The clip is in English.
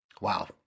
Wow